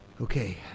Okay